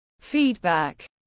feedback